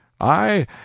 I